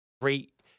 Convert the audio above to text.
great